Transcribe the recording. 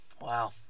Wow